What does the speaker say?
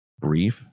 brief